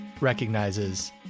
recognizes